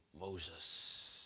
Moses